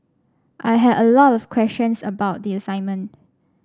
I had a lot of questions about the assignment